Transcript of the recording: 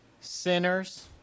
sinners